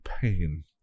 pain